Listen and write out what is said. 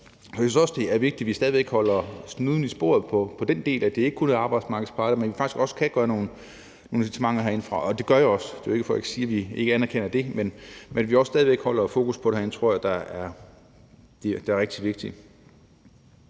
Jeg synes også, at det er vigtigt, at vi stadig væk holder snuden i sporet på den del, at det ikke kun er arbejdsmarkedets parter, men at vi faktisk også kan skabe nogle incitamenter herindefra. Det gør vi også. Det er ikke for at sige, at vi ikke anerkender det. Men at vi også stadig væk holder fokus på det herinde, tror jeg er rigtig vigtigt.